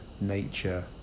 nature